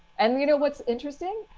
and you know what's interesting,